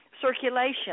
circulation